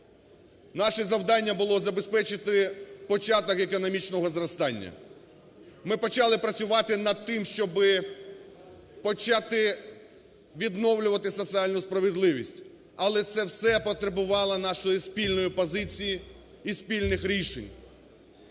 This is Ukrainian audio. Наше завдання було забезпечити початок економічного зростання. Ми почали працювати над тим, щоб почати відновлювати соціальну справедливість, але це все потребувало нашої спільної позиції і спільних рішень.